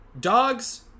dogs